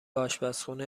آشپزخونه